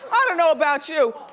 i don't know about you,